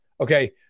okay